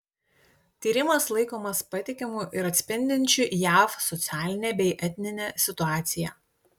tyrimas laikomas patikimu ir atspindinčiu jav socialinę bei etninę situaciją